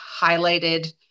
highlighted